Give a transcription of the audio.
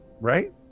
Right